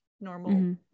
normal